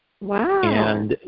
Wow